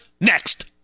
next